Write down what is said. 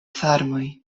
farmoj